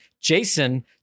Jason